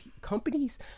companies